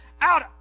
out